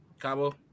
Cabo